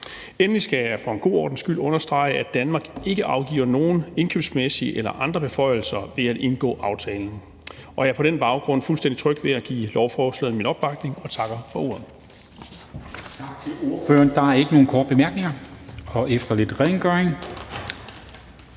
Endelig skal jeg for en god ordens skyld understrege, at Danmark ikke afgiver nogen indkøbsmæssige beføjelser eller andre beføjelser ved at indgå aftalen. Jeg er på den baggrund fuldstændig tryg ved at give lovforslaget min opbakning og takker for ordet.